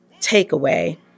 takeaway